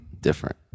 Different